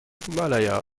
himalaya